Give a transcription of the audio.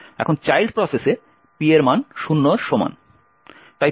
এখন চাইল্ড প্রসেসে P এর মান 0 এর সমান